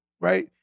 right